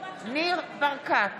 ניר ברקת,